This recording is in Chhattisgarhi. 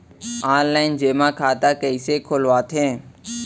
ऑनलाइन जेमा खाता कइसे खोलवाथे?